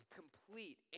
complete